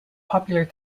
popular